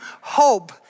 hope